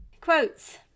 Quotes